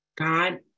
God